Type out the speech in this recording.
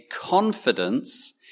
confidence